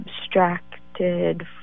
abstracted